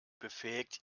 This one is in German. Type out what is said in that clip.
befähigt